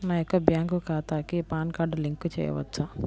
నా యొక్క బ్యాంక్ ఖాతాకి పాన్ కార్డ్ లింక్ చేయవచ్చా?